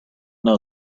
know